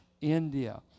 India